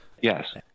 Yes